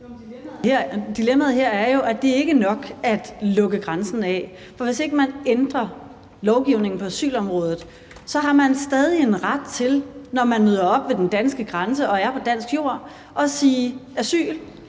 dilemmaet her er jo, at det ikke er nok at lukke grænsen af, for hvis ikke man ændrer lovgivningen på asylområdet, har man stadig en ret til, når man møder op ved den danske grænse og er på dansk jord, at sige asyl